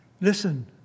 Listen